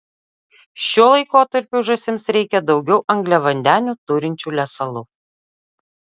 šiuo laikotarpiu žąsims reikia daugiau angliavandenių turinčių lesalų